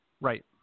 Right